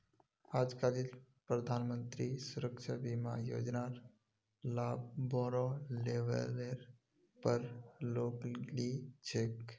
आजकालित प्रधानमंत्री सुरक्षा बीमा योजनार लाभ बोरो लेवलेर पर लोग ली छेक